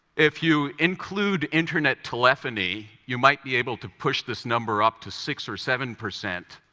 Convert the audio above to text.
if you include internet telephony, you might be able to push this number up to six or seven percent,